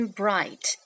bright